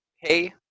hey